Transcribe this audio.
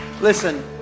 Listen